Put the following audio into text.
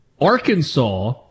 Arkansas